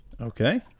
Okay